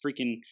freaking